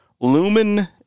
Lumen